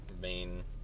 main